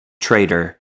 traitor